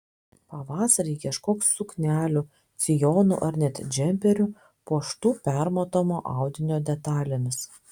pavasarį ieškok suknelių sijonų ar net džemperių puoštų permatomo audinio detalėmis